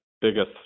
biggest